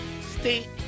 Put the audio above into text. state